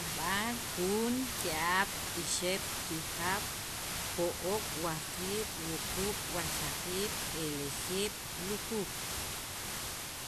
majb'al, juun, ki'ab', ixeb', kijab', jo'oob', wajqiib', wajxaqiib', b'elejeeb', lujuuj.